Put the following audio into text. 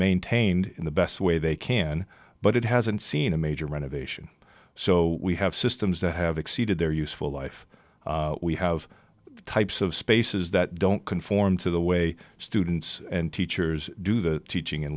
maintained in the best way they can but it hasn't seen a major renovation so we have systems that have exceeded their useful life we have types of spaces that don't conform to the way students and teachers do the teaching and